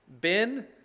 Ben